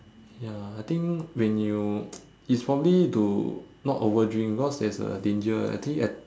ya I think when you it's probably to not overdrink cause there is a danger I think ath~